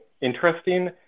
interesting